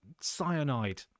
cyanide